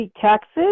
taxes